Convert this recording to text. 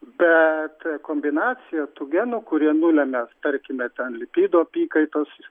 bet kombinacija tų genų kurie nulemia tarkime ten lipidų apykaitos